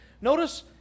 Notice